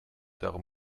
darum